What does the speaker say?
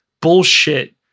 bullshit